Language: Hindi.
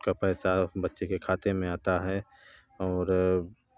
का पैसा बच्चे के खाते में आता है और